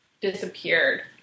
disappeared